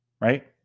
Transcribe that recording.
right